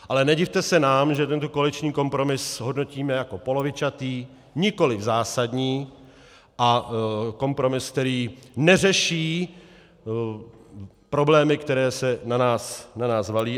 Ale nedivte se nám, že tento koaliční kompromis hodnotíme jako polovičatý, nikoliv zásadní, a kompromis, který neřeší problémy, které se na nás valí.